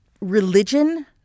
religion